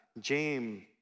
James